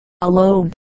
alone